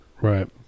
Right